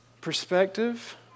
Perspective